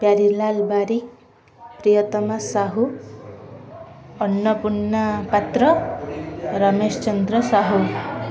Pyarilal Barik Priyatama Sahu Annapurna Patra Ramesh Chandra Sahu